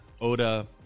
Oda